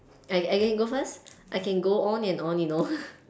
I I can go first I can go on and on you know